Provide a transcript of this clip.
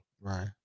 Right